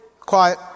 quiet